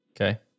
Okay